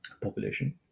population